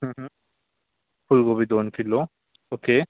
फूलगोबी दोन किलो ओके